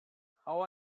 how